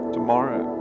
Tomorrow